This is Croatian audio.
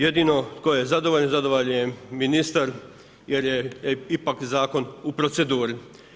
Jedino tko je zadovoljan, zadovoljan je ministar jer je ipak zakon u proceduri.